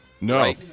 No